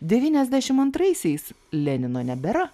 devyniasdešim antraisiais lenino nebėra